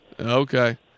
Okay